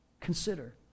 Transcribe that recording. Consider